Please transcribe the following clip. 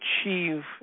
achieve